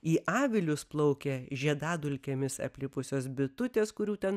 į avilius plaukė žiedadulkėmis aplipusios bitutės kurių ten